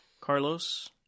Carlos